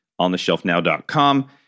ontheshelfnow.com